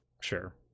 Sure